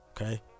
okay